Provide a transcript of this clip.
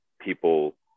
people